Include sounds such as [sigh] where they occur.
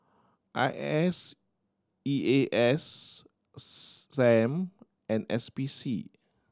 I S E A S [unintelligible] Sam and S P C